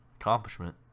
accomplishment